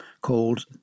called